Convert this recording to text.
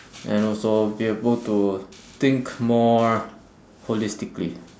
and also be able to think more holistically